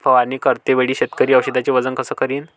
फवारणी करते वेळी शेतकरी औषधचे वजन कस करीन?